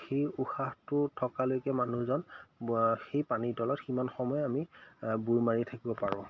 সেই উশাহটো থকালৈকে মানুহজন বুৰ সেই পানীৰ তলত সিমান সময় আমি বুৰ মাৰিয়ে থাকিব পাৰোঁ